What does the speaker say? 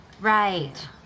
right